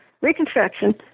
Reconstruction